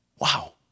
Wow